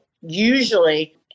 usually